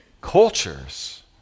cultures